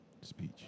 speech